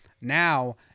Now